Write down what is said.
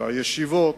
זה הישיבות,